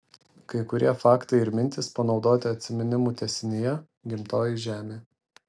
kai kurie faktai ir mintys panaudoti atsiminimų tęsinyje gimtoji žemė